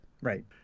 Right